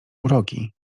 uroki